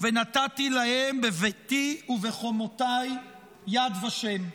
"ונתתי להם בביתי ובחומֹתַי יד ושם".